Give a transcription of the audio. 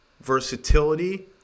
versatility